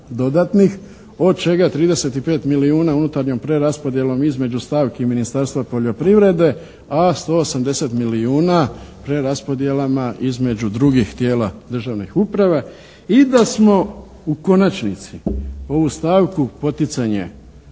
od čega 35 milijuna unutarnjoj preraspodjelom između stavki Ministarstva poljoprivrede, a 180 milijuna preraspodjelama između drugih tijela državne uprave. I da smo u konačnici ovu stavku poticanje